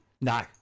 No